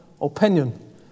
opinion